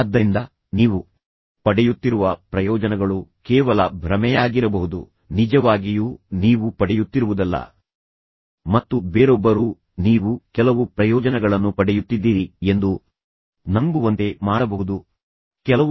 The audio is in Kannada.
ಆದ್ದರಿಂದ ನೀವು ಪಡೆಯುತ್ತಿರುವ ಪ್ರಯೋಜನಗಳು ಕೇವಲ ಭ್ರಮೆಯಾಗಿರಬಹುದು ನಿಜವಾಗಿಯೂ ನೀವು ಪಡೆಯುತ್ತಿರುವುದಲ್ಲ ಮತ್ತು ಬೇರೊಬ್ಬರು ನೀವು ಕೆಲವು ಪ್ರಯೋಜನಗಳನ್ನು ಪಡೆಯುತ್ತಿದ್ದೀರಿ ಎಂದು ನಂಬುವಂತೆ ಮಾಡಬಹುದು ಆದರೆ ನಿಜವಾಗಿ ನಿಮ್ಮನ್ನು ಮಾಡುವಂತೆ ಮಾಡಬಹುದೆಂದು ಆ ಪ್ರಶ್ನೆಯು ಮತ್ತೊಮ್ಮೆ ನಿಮಗೆ ಅರಿವಾಗುತ್ತದೆ